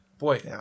Boy